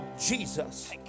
Jesus